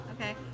Okay